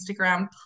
Instagram